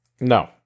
no